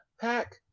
pack